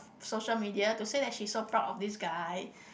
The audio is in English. social media to say that she's so proud of this guy